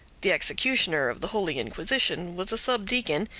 the executioner of the holy inquisition was a sub-deacon,